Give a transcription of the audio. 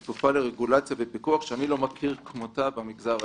היא כפופה לרגולציה ופיקוח שאני לא מכיר כמותן במגזר העסקי.